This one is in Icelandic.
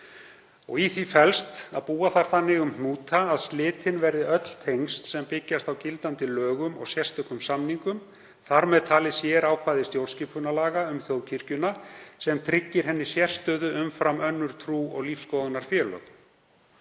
Í því felst að búa þarf þannig um hnúta að slitin verði öll tengsl sem byggjast á gildandi lögum og sérstökum samningum, þar með talið sérákvæði stjórnarskipunarlaga um þjóðkirkjuna sem tryggir henni sérstöðu umfram önnur trú- og lífsskoðunarfélög.